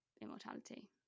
immortality